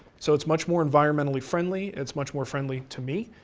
so it's much more environmentally friendly, it's much more friendly to me,